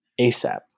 ASAP